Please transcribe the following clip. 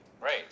Great